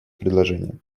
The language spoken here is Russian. предложением